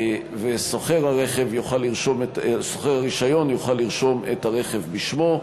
ושוכר הרישיון יוכל לרשום את הרכב על שמו.